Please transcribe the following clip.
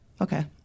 Okay